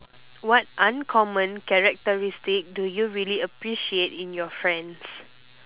what uncommon characteristic do you really appreciate in your friends